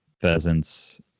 pheasants